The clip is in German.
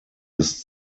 des